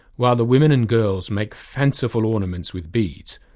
while the women and girls make fanciful ornaments with beads,